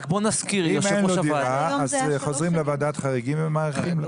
אם אין לו דירה אז חוזרים לוועדת חריגים ומאריכים.